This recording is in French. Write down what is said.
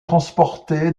transporté